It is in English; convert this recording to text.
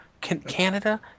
Canada